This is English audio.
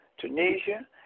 Tunisia